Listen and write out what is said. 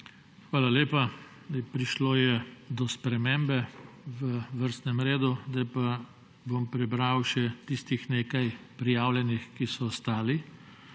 Hvala lepa. Prišlo je do spremembe v vrstnem redu. Zdaj pa bom prebral še tistih nekaj prijavljenih, ki so ostali.